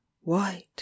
white